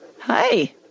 Hi